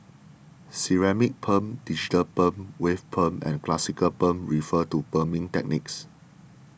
ceramic perm digital perm wave perm and classic perm refer to perming techniques